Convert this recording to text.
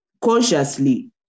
consciously